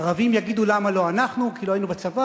ערבים יגידו: למה לא אנחנו, כי לא היינו בצבא?